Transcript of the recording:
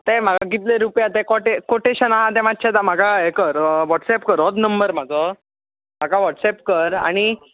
आं ते म्हाका कितले रुपया ते कोटेशन आहा ते म्हाका हे कर व्होटसेप कर होत नंबर म्हाजो म्हाका व्होटसेप कर आनी